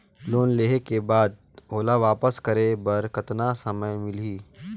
Loan लेहे के बाद ओला वापस करे बर कतना समय मिलही?